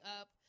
up